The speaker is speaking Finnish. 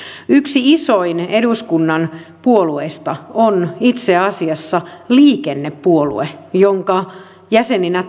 yksi isoin eduskunnan puolueista on itse asiassa liikennepuolue jonka jäseninä